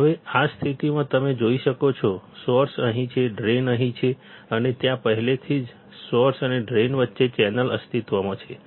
હવે આ સ્થિતિમાં તમે જોઈ શકો છો સોર્સ અહીં છે ડ્રેઇન અહીં છે અને ત્યાં પહેલાથી જ સોર્સ અને ડ્રેઇન વચ્ચે ચેનલ અસ્તિત્વમાં છે